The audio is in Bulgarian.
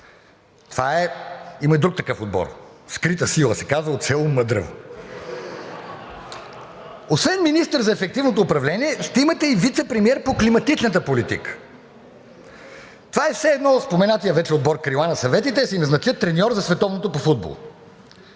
за него. Има и друг такъв отбор. Казва се „Скрита сила“ от село Мъдрево. Освен министър за ефективното управление ще имате и вицепремиер по климатичната политика. Това е все едно от споменатия вече отбор „Крила на съветите“ да си назначат треньор за Световното по футбол.